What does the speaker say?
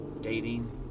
dating